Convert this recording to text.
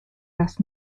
las